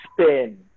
spin